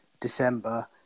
December